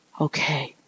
okay